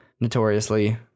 notoriously